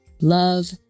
Love